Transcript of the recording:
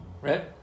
right